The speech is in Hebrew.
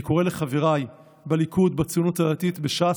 אני קורא לחבריי בליכוד, בציונות הדתית, בש"ס,